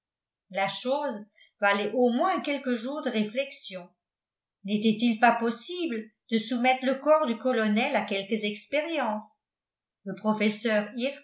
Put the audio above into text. la chose valait au moins quelques jours de réflexion n'était-il pas possible de soumettre le corps du colonel à quelques expériences le professeur